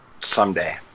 Someday